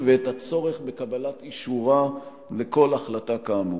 ואת הצורך בקבלת אישורה לכל החלטה כאמור.